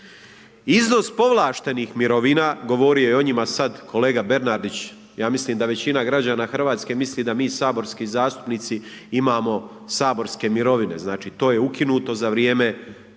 Iznos povlaštenih mirovina govorio je o njima sad kolega Bernardić, ja mislim da većina građana Hrvatske misli da mi saborski zastupnici imamo saborske mirovine, znači to je ukinuto za vrijeme